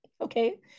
okay